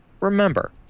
remember